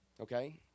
Okay